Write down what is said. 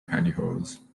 pantyhose